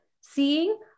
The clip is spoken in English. seeing